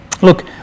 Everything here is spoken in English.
Look